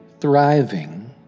thriving